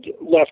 left